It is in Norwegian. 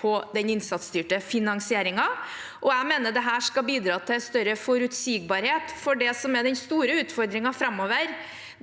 på den innsatsstyrte finansieringen. Jeg mener dette skal bidra til større forutsigbarhet, for det som er den store utfordringen framover,